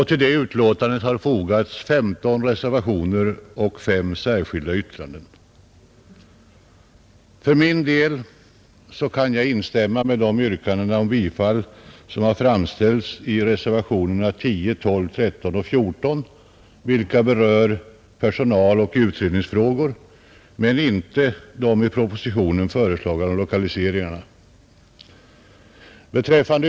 Till betänkandet har fogats 15 reservationer och fem särskilda yttranden, För egen del kan jag instämma i yrkandena om bifall till reservationerna nr 10, 12, 13 och 14, vilka berör personaloch utredningsfrågor, men ej i de i propositionen föreslagna lokaliseringarna.